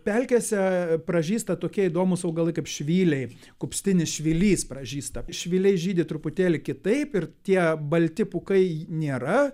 pelkėse pražysta tokie įdomūs augalai kaip švyliai kupstinis švylys pražysta švyliai žydi truputėlį kitaip ir tie balti pūkai nėra